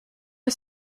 are